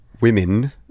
women